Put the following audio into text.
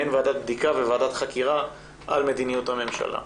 מעין ועדת בדיקה וועדת חקירה על מדיניות הממשלה.